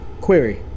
Query